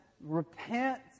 repent